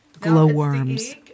glowworms